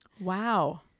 Wow